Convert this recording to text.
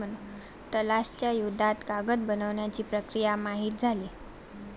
तलाश च्या युद्धात कागद बनवण्याची प्रक्रिया माहित झाली